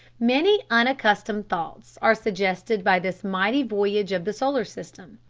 many unaccustomed thoughts are suggested by this mighty voyage of the solar system.